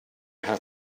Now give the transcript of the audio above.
had